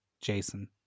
Jason